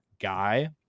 guy